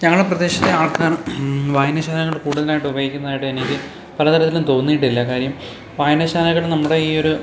ഞങ്ങളെ പ്രദേശത്തെ ആൾക്കാർ വായനശാലകൾ കൂടുതലായിട്ട് ഉപയോഗിക്കുന്നതായിട്ട് എനിക്ക് പലതരത്തിലും തോന്നിയിട്ടില്ല കാര്യം വായനശാലകൾ നമ്മുടെ ഈയൊരു